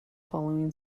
following